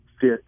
fit